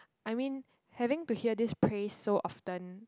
I mean having to hear this praise so often